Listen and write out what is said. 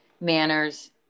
manners